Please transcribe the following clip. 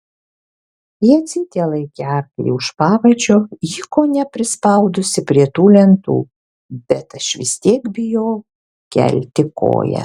jadzytė laikė arklį už pavadžio jį kone prispaudusi prie tų lentų bet aš vis tiek bijau kelti koją